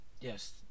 Yes